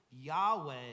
Yahweh